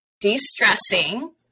de-stressing